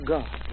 God